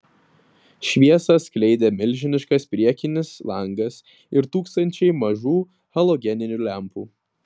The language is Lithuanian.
šviesą skleidė milžiniškas priekinis langas ir tūkstančiai mažų halogeninių lempų